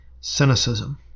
Cynicism